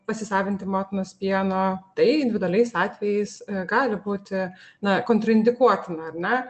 pasisavinti motinos pieno tai individualiais atvejais gali būti na kontraindikuotina ar ne